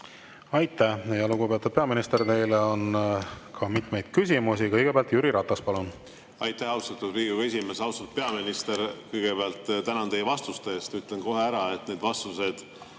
Aitäh, lugupeetud peaminister! Teile on ka mitmeid küsimusi. Kõigepealt Jüri Ratas, palun! Aitäh, austatud Riigikogu esimees! Austatud peaminister! Kõigepealt tänan teid vastuste eest. Ütlen kohe ära, et need vastused